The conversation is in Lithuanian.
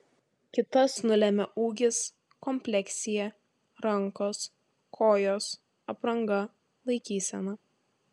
kitas nulemia ūgis kompleksija rankos kojos apranga laikysena